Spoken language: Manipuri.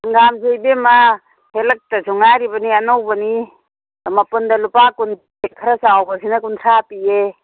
ꯂꯥꯁꯦ ꯏꯕꯦꯝꯃ ꯍꯦꯛꯂꯛꯇꯁꯨ ꯉꯥꯏꯔꯤꯕꯅꯤ ꯑꯅꯧꯕꯅꯤ ꯃꯄꯨꯟꯗ ꯂꯨꯄ ꯀꯨꯟ ꯄꯤ ꯈꯔ ꯆꯥꯎꯕꯁꯤꯅ ꯀꯨꯟꯊ꯭ꯔ ꯄꯤꯌꯦ